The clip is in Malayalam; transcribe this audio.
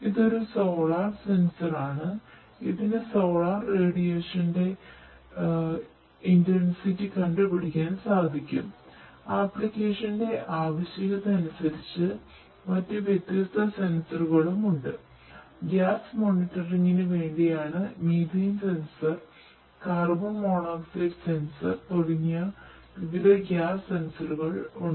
ഇത് ഒരു സോളാർ സെൻസർ തുടങ്ങിയ വിവിധ ഗ്യാസ് സെൻസറുകൾ ഉണ്ട്